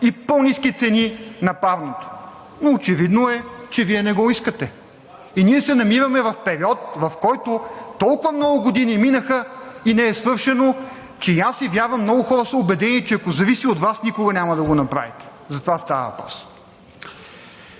и по-ниски цени за парното. Но очевидно е, че Вие не го искате. И ние се намираме в период, в който толкова много години минаха и не е свършено, че аз, а вярвам и много хора са убедени, че ако зависи от Вас, никога няма да го направите. За това става въпрос.